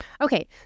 Okay